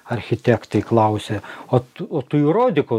architektai klausia o tu o tu įrodyk